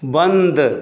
बन्द